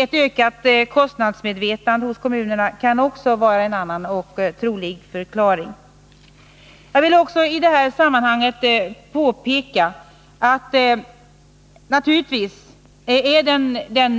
Ett ökat kostnadsmedvetande hos kommunerna kan vara en annan och trolig förklaring. Jag vill också i detta sammanhang påpeka att den